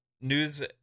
news